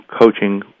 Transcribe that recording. coaching